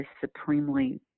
supremely